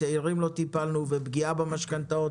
צעירים לא טיפלנו ובפגיעה במשכנתאות.